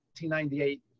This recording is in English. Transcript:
1998